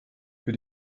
für